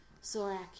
Sorak